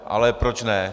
Ale proč ne.